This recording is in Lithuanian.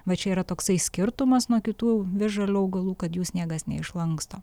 va čia yra toksai skirtumas nuo kitų visžalių augalų kad jų sniegas neišlanksto